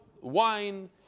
wine